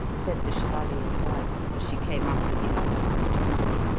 said the chevalier's wife, as she came up with the others and joined him.